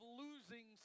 losing